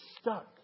stuck